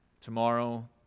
tomorrow